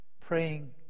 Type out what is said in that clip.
Praying